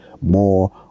More